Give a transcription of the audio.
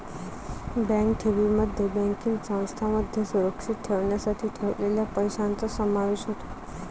bank ठेवींमध्ये banking संस्थांमध्ये सुरक्षित ठेवण्यासाठी ठेवलेल्या पैशांचा समावेश होतो